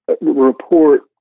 report